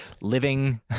living